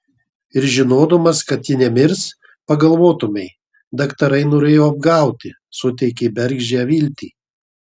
ir žinodamas kad ji nemirs pagalvotumei daktarai norėjo apgauti suteikė bergždžią viltį